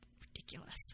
Ridiculous